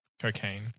cocaine